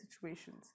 situations